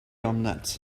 omelette